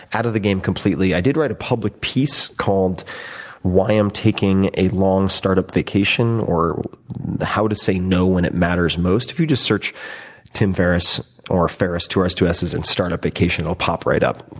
out of the game completely. i did write a public piece called why i'm taking a long startup vacation or how to say no when it matters most. if you just search tim ferriss or ferriss, two rs, two ss, and startup vacation, it'll pop right up,